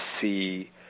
see